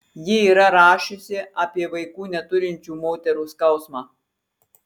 ji yra rašiusi apie vaikų neturinčių moterų skausmą